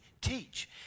teach